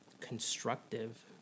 constructive